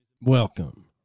Welcome